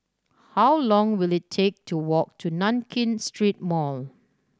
how long will it take to walk to Nankin Street Mall